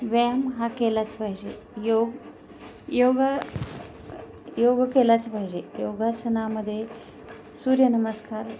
व्यायाम हा केलाच पाहिजे योग योगा योग केलाच पाहिजे योगासनामध्ये सूर्यनमस्कार